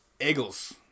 Eagles